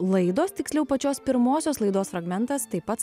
laidos tiksliau pačios pirmosios laidos fragmentas taip pat